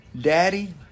Daddy